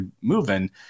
moving